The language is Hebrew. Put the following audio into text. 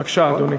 בבקשה, אדוני.